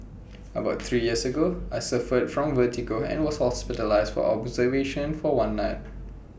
about three years ago I suffered from vertigo and was hospitalised for observation for one night